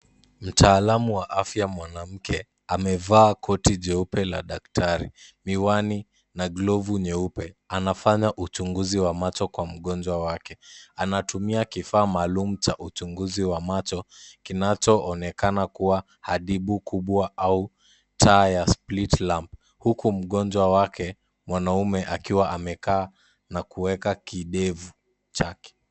Mtaalamu wa afya mwanamke amevaa koti jeupe la daktari, miwani na glovu nyeupe anafanya uchunguzi wa macho kwa mgonjwa wake, anatumia kifaa maalum cha uchunguzi wa macho kinachoonekana kuwa hadibu kubwa au taa ya split-lamp . Huku mgonjwa wake mwanaume akiwa amekaa na kuweka kidevu chake.